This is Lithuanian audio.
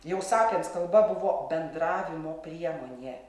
jau sapiens kalba buvo bendravimo priemonė